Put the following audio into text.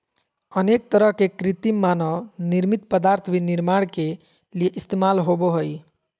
अनेक तरह के कृत्रिम मानव निर्मित पदार्थ भी निर्माण के लिये इस्तेमाल होबो हइ